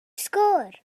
sgôr